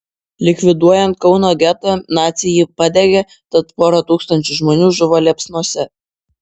likviduojant kauno getą naciai jį padegė tad pora tūkstančių žmonių žuvo liepsnose